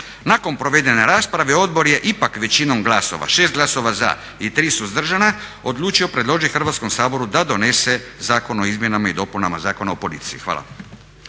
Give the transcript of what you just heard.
Nakon provedene rasprave odbor je ipak većinom glasova, 6 glasova za i 3 suzdržana, odlučio predložiti Hrvatskom saboru da donese zakon o izmjenama i dopunama Zakona o policiji. Hvala.